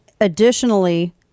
Additionally